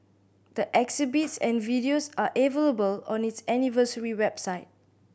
the exhibits and videos are on its anniversary website